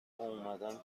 اومدم